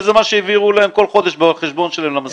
וזה מה שהעבירו להם כל חודש לחשבון שלהם למשכורת.